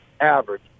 average